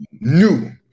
New